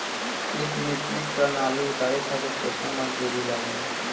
एक metric tonne आलू उतारे खातिर केतना मजदूरी लागेला?